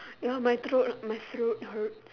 you know my throat my throat hurts